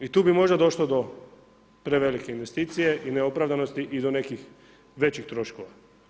I tu bi možda došlo do prevelike investicije i neopravdanosti i do nekih većih troškova.